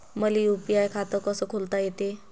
मले यू.पी.आय खातं कस खोलता येते?